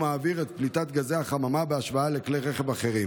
האוויר ואת פליטת גזי החממה בהשוואה לכלי רכב אחרים.